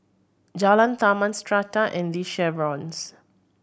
Jalan Taman Strata and The Chevrons